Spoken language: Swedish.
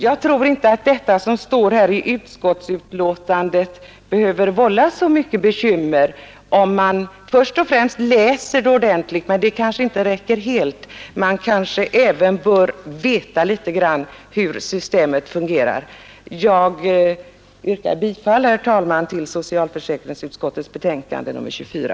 Jag tror inte att detta som står i utskottsbetänkandet behöver vålla så mycket bekymmer om man först och främst läser det ordentligt. Men det kanske inte räcker helt. Man kanske även bör veta litet om hur systemet fungerar. Jag yrkar bifall, herr talman, till socialförsäkringsutskottets betänkande nr 24.